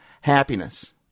happiness